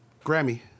Grammy